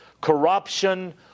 corruption